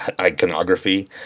iconography